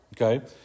Okay